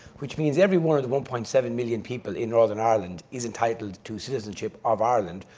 which means every one of the one point seven million people in northern ireland is entitled to citizenship of ireland,